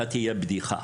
אתה תהיה בדיחה".